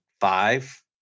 five